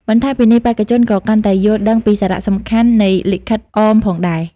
បន្ថែមពីនេះ បេក្ខជនក៏កាន់តែយល់ដឹងពីសារៈសំខាន់នៃលិខិតអមផងដែរ។